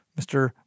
Mr